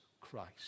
Christ